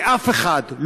ואף אחד,